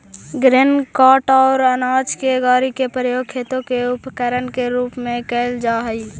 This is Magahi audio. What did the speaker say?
ग्रेन कार्ट या अनाज के गाड़ी के प्रयोग खेत के उपकरण के रूप में कईल जा हई